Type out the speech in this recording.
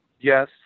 yes